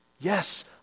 Yes